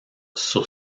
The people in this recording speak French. sur